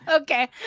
Okay